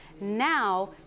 Now